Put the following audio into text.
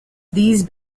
these